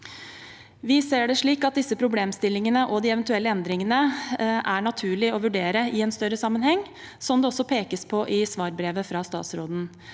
det slik at disse problemstillingene og de eventuelle endringene er det naturlig å vurdere i en større sammenheng, som det også pekes på i svarbrevet fra statsråden.